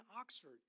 Oxford